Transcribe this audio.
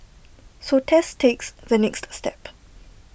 so Tess takes the next step